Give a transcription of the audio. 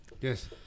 Yes